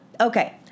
okay